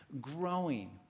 growing